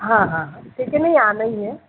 हाँ हाँ हाँ ठीक है नहीं आना ही है